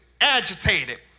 agitated